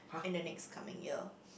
in the next coming year